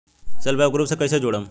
Self help group से कइसे जुड़म?